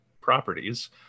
properties